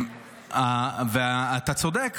ואתה צודק,